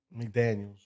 McDaniels